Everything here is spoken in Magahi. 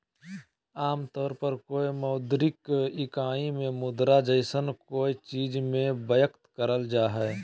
आमतौर पर कोय मौद्रिक इकाई में मुद्रा जैसन कोय चीज़ में व्यक्त कइल जा हइ